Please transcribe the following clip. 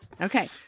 Okay